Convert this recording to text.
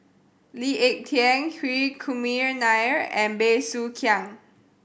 Lee Ek Tieng Hri Kumar Nair and Bey Soo Khiang